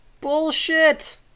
Bullshit